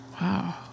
Wow